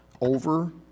over